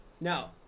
Now